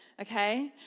Okay